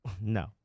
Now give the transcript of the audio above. No